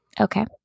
Okay